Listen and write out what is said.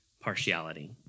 partiality